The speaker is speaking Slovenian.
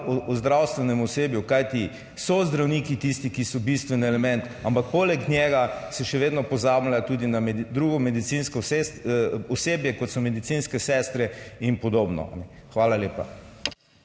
o zdravstvenem osebju, kajti so zdravniki tisti, ki so bistveni element, ampak poleg njega se še vedno pozablja tudi na drugo medicinsko osebje, kot so medicinske sestre in podobno. Hvala lepa.